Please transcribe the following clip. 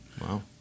Wow